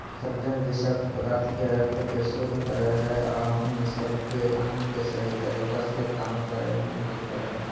सहजन विशक्त पदार्थ के रक्त के शुद्ध कर हइ अ हम सब के अंग के सही तरीका से काम करे में मदद कर हइ